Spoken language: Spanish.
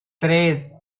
tres